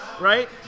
right